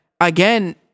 again